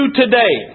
today